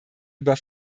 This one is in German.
über